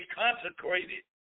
consecrated